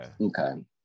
Okay